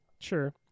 sure